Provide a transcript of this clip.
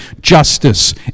justice